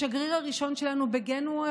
השגריר הראשון שלנו בגינאה,